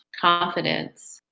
confidence